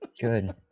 good